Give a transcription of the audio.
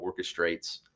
orchestrates